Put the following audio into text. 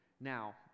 Now